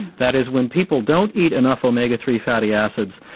that is when people don't eat enough omega three fatty acids,